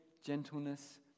gentleness